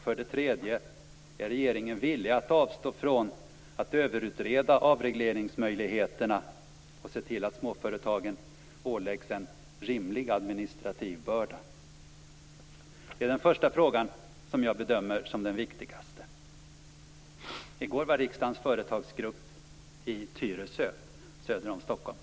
För det tredje: Är regeringen villig att avstå från att överutreda avregleringsmöjligheterna och se till att småföretagen åläggs en rimlig administrativ börda? Det är den första frågan som jag bedömer som den viktigaste. I går var riksdagens företagsgrupp i Tyresö, söder om Stockholm.